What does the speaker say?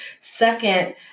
Second